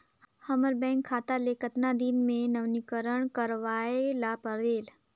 हमर बैंक खाता ले कतना दिन मे नवीनीकरण करवाय ला परेल?